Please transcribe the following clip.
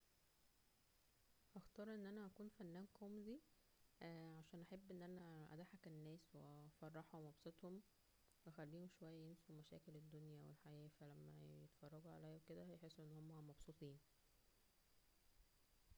هختار ان انا اكون فنان كوميدى و شان احب ان اننا اضحك الناس وافرحهم و ابسطهمو اخليهم شوية ينسوا مشاكل الدنيا والحياة, فلما يتفرجوا عليا وكدا يحسوا انهم مبسوطين